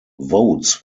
votes